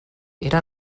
era